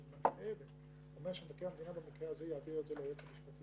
אני מדבר גם כמי שהיה יושב-ראש ועדת הקורונה,